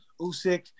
Usyk